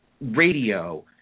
radio